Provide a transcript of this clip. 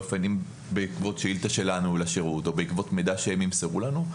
אם בעקבות שאילתה שלנו לשירות או בעקבות מידע שהם ימסרו לנו,